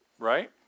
Right